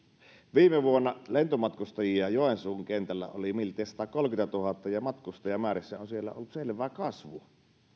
viime vuonna lentomatkustajia joensuun kentällä oli miltei satakolmekymmentätuhatta ja matkustajamäärissä on siellä on ollut selvää kasvua